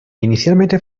inicialmente